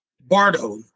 Bardo